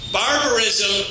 barbarism